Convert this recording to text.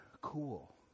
cool